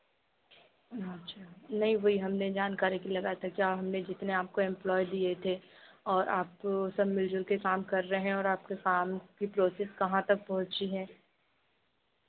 अच्छा नहीं वही हमने जानकारी के लिए लगाया था क्या हमने जितने आपको इम्प्लॉय दिए थे और आप सब मिलजुल के काम कर रहे हैं और आपके काम की प्रोसेस कहाँ तक पहुँची है